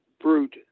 Brute